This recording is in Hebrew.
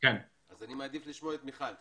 אני מעדיף לשמוע את מיכל.